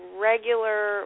regular